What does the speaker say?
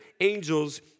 angels